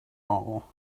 all